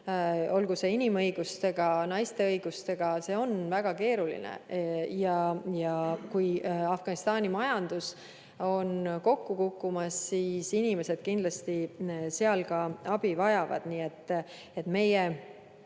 olgu inimõigustega, naiste õigustega, on väga keeruline. Ja kui Afganistani majandus on kokku kukkumas, siis inimesed kindlasti seal ka abi vajavad. Meie oleme